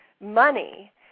money